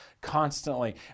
constantly